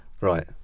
Right